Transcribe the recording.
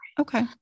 Okay